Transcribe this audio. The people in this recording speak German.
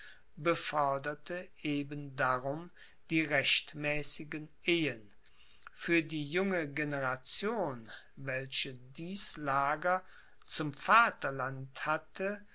eben darum die rechtmäßigen ehen für die junge generation welche dies lager zum vaterland hatte